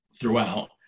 throughout